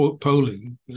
polling